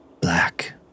Black